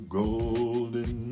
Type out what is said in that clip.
golden